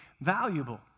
valuable